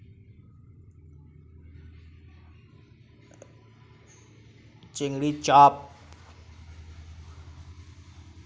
চিংড়ির চপ